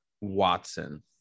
Watson